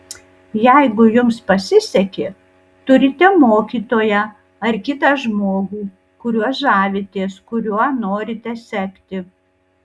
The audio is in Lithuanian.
jeigu jums pasisekė turite mokytoją ar kitą žmogų kuriuo žavitės kuriuo norite sekti